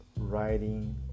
writing